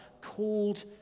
called